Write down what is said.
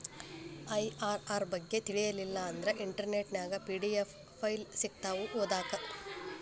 IRR ಬಗ್ಗೆ ತಿಳಿಲಿಲ್ಲಾ ಅಂದ್ರ ಇಂಟರ್ನೆಟ್ ನ್ಯಾಗ ಪಿ.ಡಿ.ಎಫ್ ಫೈಲ್ ಸಿಕ್ತಾವು ಓದಾಕ್